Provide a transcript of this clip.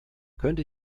könnte